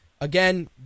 again